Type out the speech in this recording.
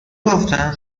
گفتن